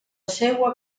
seua